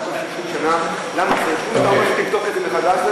60 שנה תבדוק את זה מחדש.